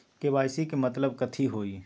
KYC के मतलब कथी होई?